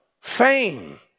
fame